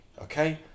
okay